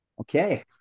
Okay